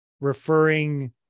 referring